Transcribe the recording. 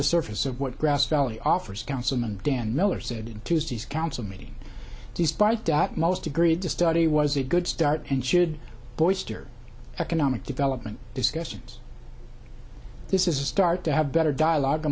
the surface of what grass valley offers councilman dan miller said in tuesday's council meeting despite that most agreed to study was a good start and should boys steer economic development discussions this is a start to have better dialogue